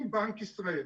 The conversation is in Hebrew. עם בנק ישראל,